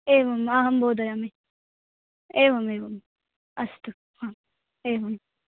एवम् अहं बोधयामि एवमेवम् अस्तु हा एवम्